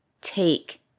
take